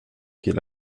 qu’est